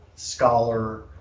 scholar